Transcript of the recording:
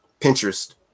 Pinterest